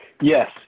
Yes